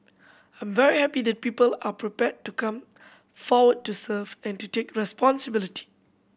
I'm very happy that people are prepared to come forward to serve and to take responsibility